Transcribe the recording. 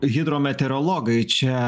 hidrometeorologai čia